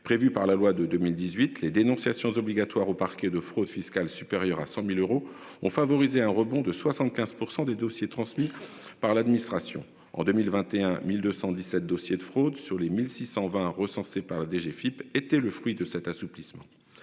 prévues par la loi de 2018, les dénonciations obligatoires au parquet de fraude fiscale supérieure à 100.000 euros, ont favorisé un rebond de 75% des dossiers transmis par l'administration en 2021, 1217 dossiers de fraude sur les 1620 recensés par la DGFIP était le fruit de cet assouplissement.